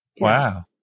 Wow